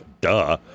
duh